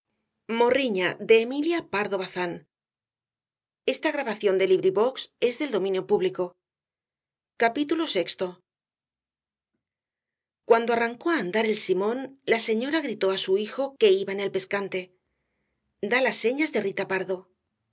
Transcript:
vida vi cuando arrancó á andar el simón la señora gritó á su hijo que iba en el pescante da las señas de rita pardo